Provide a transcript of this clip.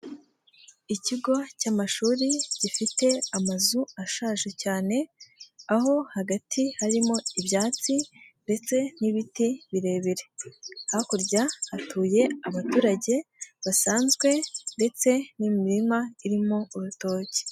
Ikigo cy'amashuri gifite amazu ashaje cyane, aho hagati harimo ibyatsi ndetse n'ibiti birebire. Hakurya hatuye abaturage basanzwe ndetse n'imirima irimo urutoki.